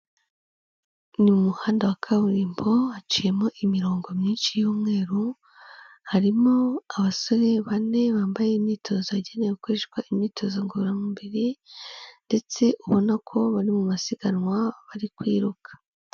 Mu muhanda wa kaburimbo haciyemo imirongo myinshi y'umweru, harimo abasore bane bambaye imyitozo yagenewe gukoreshwa imyitozo ngororamubiri ndetse ubona ko bari mu masiganwa bari kwiruka.